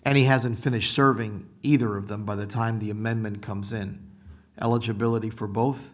and he hasn't finished serving either of them by the time the amendment comes in eligibility for both